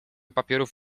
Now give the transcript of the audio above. papierów